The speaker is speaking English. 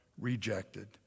rejected